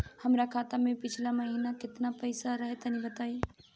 हमरा खाता मे पिछला महीना केतना पईसा रहे तनि बताई?